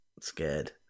scared